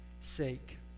sake